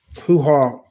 hoo-ha